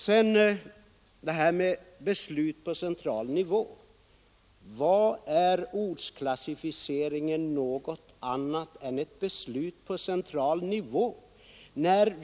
När det gäller beslut på central nivå vill jag fråga: Vad är ortsklassificeringen annat än ett beslut på central nivå?